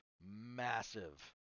massive